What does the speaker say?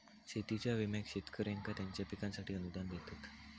शेतीच्या विम्याक शेतकऱ्यांका त्यांच्या पिकांसाठी अनुदान देतत